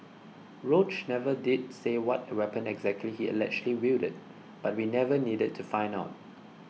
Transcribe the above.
Roach never did say what weapon exactly he allegedly wielded but we never needed to find out